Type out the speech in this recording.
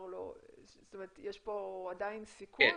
לא יהיו זאת אומרת יש פה עדיין סיכון?